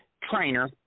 trainer